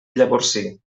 llavorsí